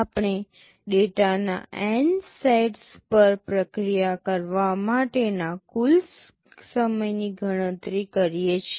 આપણે ડેટાના N sets પર પ્રક્રિયા કરવા માટેના કુલ સમયની ગણતરી કરીએ છીએ